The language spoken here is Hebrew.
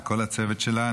וכל הצוות שלה.